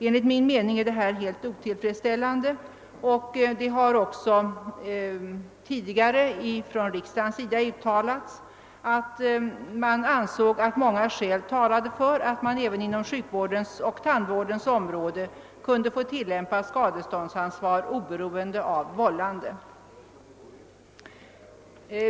Enligt min mening är detta helt otillfredsställande, och det har också tidigare från riksdagens sida uttalats att många skäl synes tala för att man även inom sjukvårdens och tandvårdens områden kunde tillämpa skadeståndsansvar oberoende av vållande.